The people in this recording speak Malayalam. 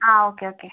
ആ ഓക്കെ ഓക്കെ